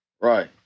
Right